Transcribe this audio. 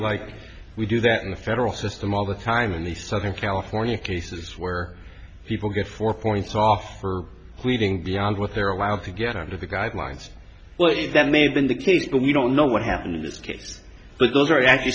like we do that in the federal system all the time in the southern california cases where people get four points off for leading beyond what they're allowed to get under the guidelines well that may have been the case but we don't know what happened in this case but those are actually